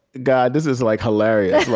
god, this is like hilarious.